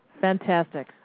Fantastic